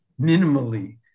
minimally